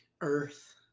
Earth